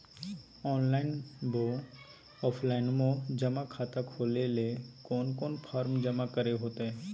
Online बोया offline जमा खाता खोले ले कोन कोन फॉर्म जमा करे होते?